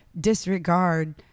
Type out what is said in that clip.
disregard